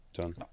done